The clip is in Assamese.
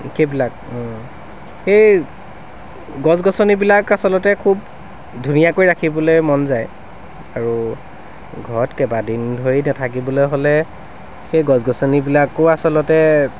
সেইবিলাক সেই গছ গছনিবিলাক আচলতে খুব ধুনীয়াকৈ ৰাখিবলৈ মন যায় আৰু ঘৰত কেইবাদিন ধৰি নেথাকিবলৈ হ'লে সেই গছ গছনিবিলাকো আচলতে